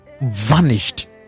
vanished